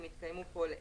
אם התקיימו כל אלה: